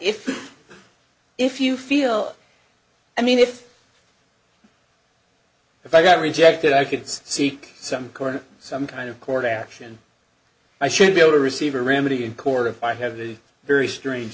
if if you feel i mean if if i got rejected i could seek some court or some kind of court action i should be able to receive a remedy in court of i have a very strange